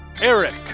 Eric